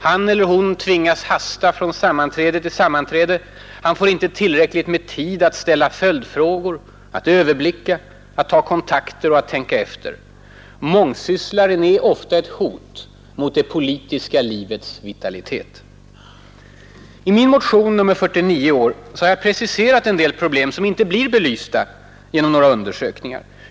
Han eller hon tvingas hasta från sammanträde till sammanträde. Han får inte tillräckligt med tid att ställa följdfrågor, överblicka, ta kontakter och tänka efter. Mångsysslaren är ofta ett hot mot det politiska livets vitalitet. I min motion nr 49 i år har jag preciserat en del problem som inte blir belysta genom några undersökningar.